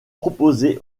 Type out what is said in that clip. proposés